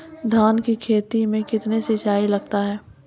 धान की खेती मे कितने सिंचाई लगता है?